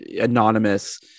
anonymous